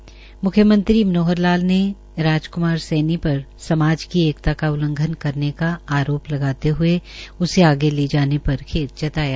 म्ख्यमंत्री मनोहर लाल ने राजक्मार सैनी पर समाज की एकता का उल्लंघन करने का आरोप लगाते हये उसे आगे जे जाने पर खेद जताया